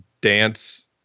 dance